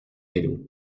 vélo